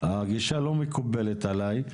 לא מקובלת עליי.